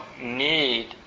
need